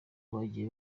bagiye